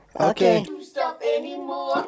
Okay